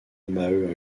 maheu